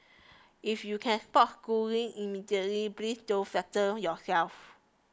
if you can spot Schooling immediately please don't flatter yourself